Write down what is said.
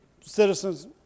citizens